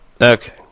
Okay